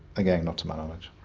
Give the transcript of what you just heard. again not to my knowledge.